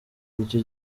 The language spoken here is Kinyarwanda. icyo